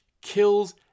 kills